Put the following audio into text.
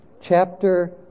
chapter